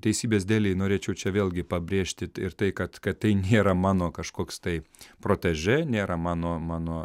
teisybės dėlei norėčiau čia vėlgi pabrėžti tai kad kad tai nėra mano kažkoks tai protežė nėra mano mano